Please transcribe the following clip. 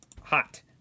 hot